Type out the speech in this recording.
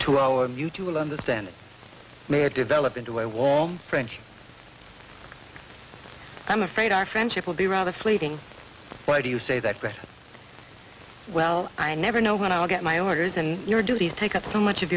to our mutual understanding may or develop into a wall french i'm afraid our friendship will be rather fleeting why do you say that well i never know when i'll get my orders in your duties take up so much of